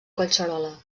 collserola